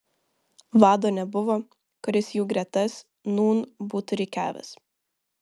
vado nebuvo kuris jų gretas nūn būtų rikiavęs